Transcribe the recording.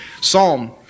Psalm